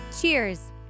Cheers